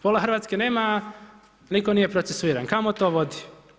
Pola Hrvatske nema, nitko nije procesuiran, kamo to vodi?